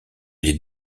les